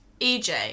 EJ